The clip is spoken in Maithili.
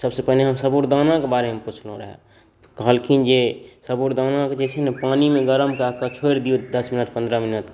सबसँ पहिने हम सबुरदानाके बारेमे पुछलहुँ रहय कहलखिन जे सबुरदानाके जे छै ने पानिमे गरम कए कऽ छोड़ि दियौ दस मिनट पन्द्रह मिनट